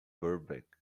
burbank